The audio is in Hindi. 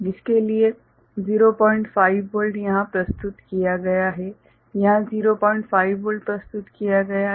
जिसके लिए 05 वोल्ट यहाँ प्रस्तुत किया गया है यहाँ 05 वोल्ट प्रस्तुत किया गया है